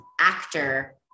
actor